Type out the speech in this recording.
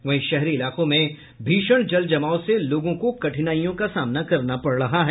वहीं शहरी इलाकों में भीषण जल जमाव से लोगों को कठिनाईयों का सामना करना पड़ रहा है